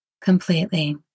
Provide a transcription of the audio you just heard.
completely